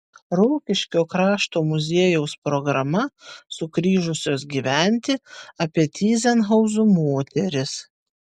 rokiškio krašto muziejaus programa sugrįžusios gyventi apie tyzenhauzų moteris